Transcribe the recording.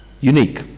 unique